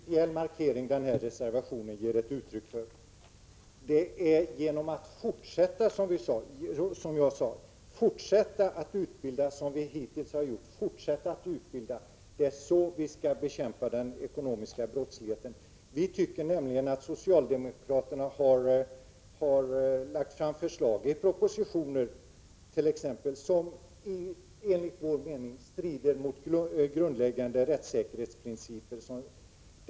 Fru talman! Den här reservationen ger naturligtvis uttryck för en principiell markering. Som jag sade, är det genom att — som vi hittills har gjort — fortsätta att utbilda som vi skall bekämpa den ekonomiska brottsligheten. Vi tycker nämligen att socialdemokraterna har lagt fram förslag, t.ex. i propositioner, som enligt vår mening strider mot grundläggande rättssäkerhetsprinciper.